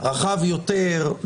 רחב יותר,